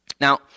Now